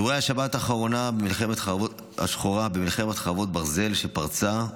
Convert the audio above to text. אירועי השבת השחורה במלחמת חרבות ברזל שפרצה,